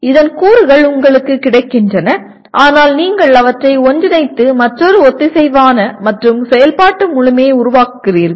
இதன் கூறுகள் உங்களுக்குக் கிடைக்கின்றன ஆனால் நீங்கள் அவற்றை ஒன்றிணைத்து மற்றொரு ஒத்திசைவான மற்றும் செயல்பாட்டு முழுமையை உருவாக்குகிறீர்கள்